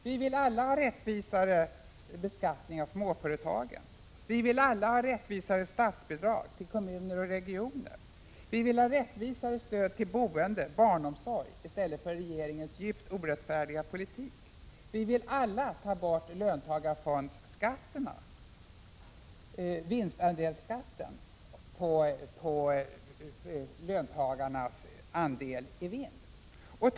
Vi vill alla ha rättvisare beskattning av småföretagen, vi vill alla ha rättvisare statsbidrag till kommuner och regioner, vi vill ha rättvisare stöd till boendet och till barnomsorgen i stället för regeringens djupt orättfärdiga politik. Vi vill alla ta bort löntagarfondsskatterna och den nya skatten på löntagarnas andeli vinst.